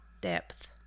depth